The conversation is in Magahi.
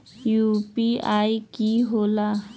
यू.पी.आई कि होला?